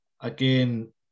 again